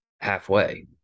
halfway